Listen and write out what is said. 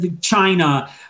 China